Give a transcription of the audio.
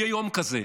יהיה יום כזה.